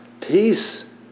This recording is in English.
Peace